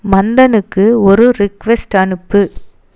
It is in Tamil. மந்தனுக்கு ஒரு ரிக்வெஸ்ட் அனுப்பு